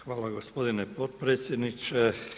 Hvala gospodine potpredsjedniče.